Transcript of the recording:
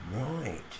Right